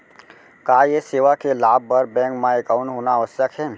का ये सेवा के लाभ बर बैंक मा एकाउंट होना आवश्यक हे